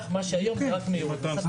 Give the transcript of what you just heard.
היום זה רק מהירות.